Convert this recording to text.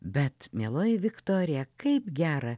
bet mieloji viktorija kaip gera